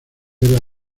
era